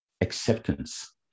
acceptance